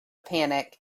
panic